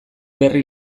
berri